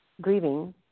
grieving